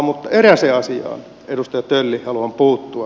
mutta erääseen asiaan edustaja tölli haluan puuttua